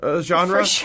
genre